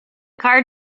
car